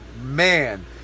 Man